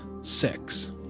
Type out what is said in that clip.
six